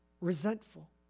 resentful